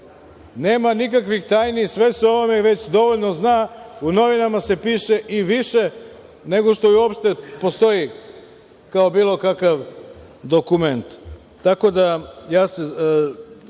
Nema nikakvih tajni, sve se ovde već dovoljno zna, u novinama se piše i više nego što uopšte postoji kao bilo kakav dokument. Na